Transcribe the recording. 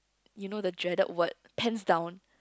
you know the Jaden word pen down